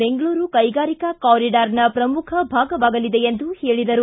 ಬೆಂಗಳೂರು ಕೈಗಾರಿಕಾ ಕಾರಿಡಾರಿನ ಪ್ರಮುಖ ಭಾಗವಾಗಲಿದೆ ಎಂದರು